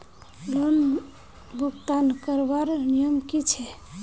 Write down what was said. Loan भुगतान करवार नियम की छे?